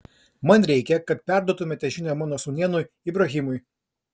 man reikia kad perduotumėte žinią mano sūnėnui ibrahimui